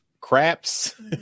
Craps